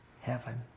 heaven